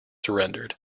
surrendered